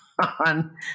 on